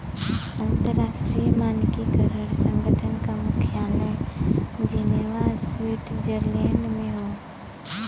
अंतर्राष्ट्रीय मानकीकरण संगठन क मुख्यालय जिनेवा स्विट्जरलैंड में हौ